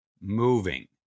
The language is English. moving